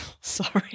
Sorry